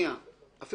גם